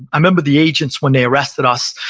i remember the agents, when they arrested us,